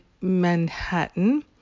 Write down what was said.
Manhattan